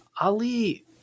Ali